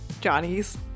Johnny's